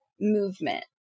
movement